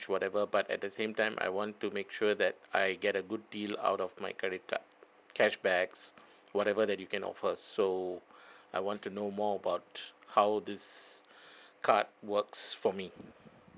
whatever but at the same time I want to make sure that I get a good deal out of my credit card cashbacks whatever that you can offer so I want to know more about how this card works for me